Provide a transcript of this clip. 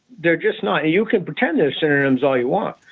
they're just not. and you can pretend they're synonyms all you want.